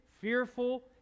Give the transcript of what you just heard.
fearful